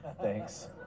Thanks